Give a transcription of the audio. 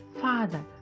father